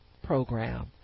program